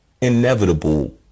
inevitable